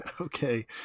okay